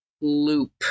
loop